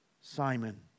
Simon